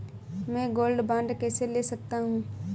मैं gold bond कैसे ले सकता हूँ?